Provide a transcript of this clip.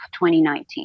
2019